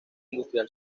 industrial